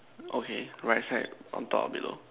okay right side on top or below